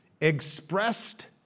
Expressed